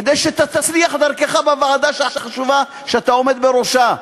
כדי שתצליח דרכך בוועדה החשובה שאתה עומד בראשה: